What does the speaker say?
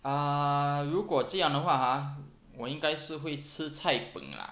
err 如果这样的话 ha 我应该是会吃 cai png lah